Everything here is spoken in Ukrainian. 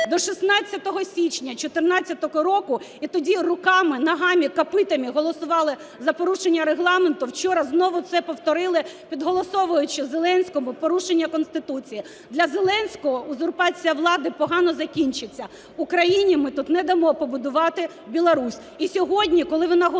до 16 січня 2014 року, і тоді руками, ногами, копитами голосували за порушення Регламенту, вчора знову це повторили, підголосовуючи Зеленському порушення Конституції. Для Зеленського узурпація влади погано закінчиться. У країні ми тут не дамо побудувати Білорусь. І сьогодні, коли ви наголосували